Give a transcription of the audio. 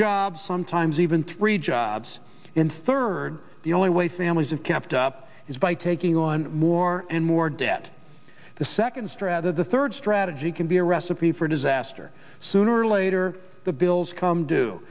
jobs sometimes even three jobs in third the only way sami's of kept up is by taking on more and more debt the second strether the third strategy can be a recipe for disaster sooner or later the bills come d